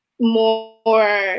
more